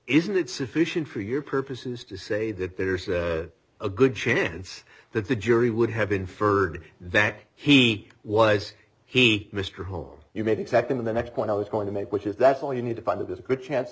isn't it sufficient for your purposes to say that there's a good chance that the jury would have been ferd that he was he mr home you made exactly the next point i was going to make which is that's all you need to find out is a good chance